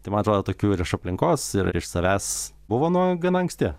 tai man atrodo tokių ir iš aplinkos ir iš savęs buvo nuo gana anksti